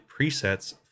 presets